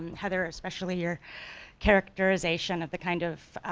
heather, especially your characterization of the kind of